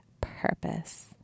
purpose